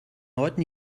leuten